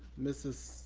mrs.